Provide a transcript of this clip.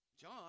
John